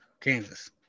Kansas